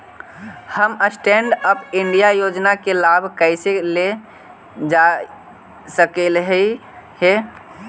हम stand up India योजना के लाभ कइसे ले सकलिअई हे